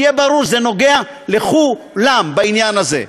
שיהיה ברור: זה נוגע לכולם בעניין הזה,